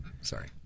Sorry